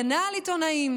הגנה על עיתונאים.